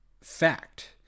fact